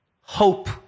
hope